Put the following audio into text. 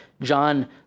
John